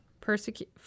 persecute